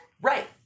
Right